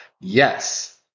yes